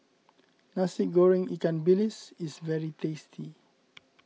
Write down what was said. Nasi Goreng Ikan Bilis is very tasty